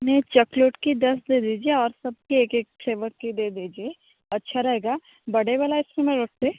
नहीं चॉकलेट के दस दे दीजिए और सब के एक एक फ्लेवर के दे दीजिए अच्छा रहेगा बड़ा वाला आइस क्रीम